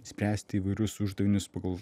spręsti įvairius uždavinius pagal